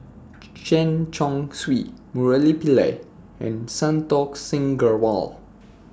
Chen Chong Swee Murali Pillai and Santokh Singh Grewal